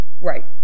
Right